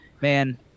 Man